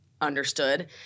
understood